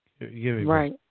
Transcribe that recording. Right